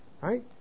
right